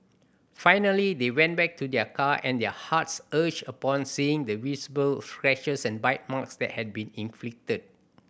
finally they went back to their car and their hearts ached upon seeing the visible scratches and bite marks that had been inflicted